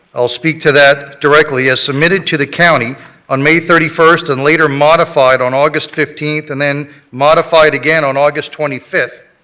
i'll speak to that directly, as submitted to the county on may thirty first and later modified on august fifteenth and then modified again on august twenty fifth,